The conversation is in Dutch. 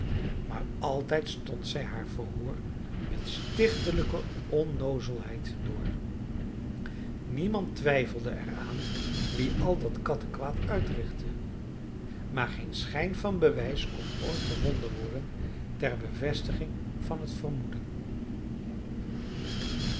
maar altijd stond zij haar verhoor met